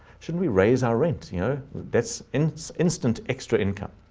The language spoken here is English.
should we raise our rent? you know, that's instant extra income.